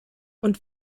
und